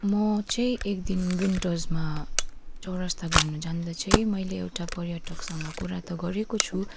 मो चाहिँ एकदिन विन्टर्समा चौरस्ता घुम्नु जाँदा चाहिँ मैले एउटा पर्यटकसँग कुरा त गरेको छु